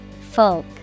Folk